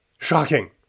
Shocking